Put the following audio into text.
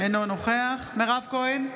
אינו נוכח מירב כהן,